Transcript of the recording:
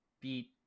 beat